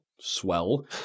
swell